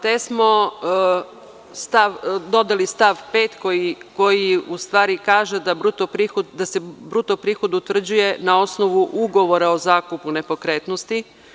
Te smo dodali stav 5. koji u stvari kaže da se bruto prihod utvrđuje na osnovu ugovora o zakupu nepokretnosti.